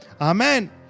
Amen